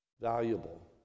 valuable